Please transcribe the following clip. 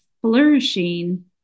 flourishing